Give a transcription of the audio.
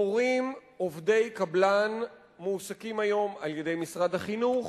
מורים עובדי קבלן מועסקים היום על-ידי משרד החינוך,